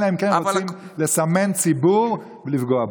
אלא אם כן רוצים לסמן ציבור ולפגוע בו.